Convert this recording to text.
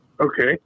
Okay